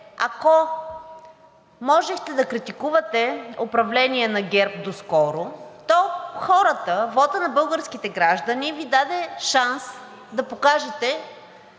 ако можехте да критикувате управлението на ГЕРБ доскоро, то хората, вотът на българските граждани, Ви даде шанс да покажете